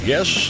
Yes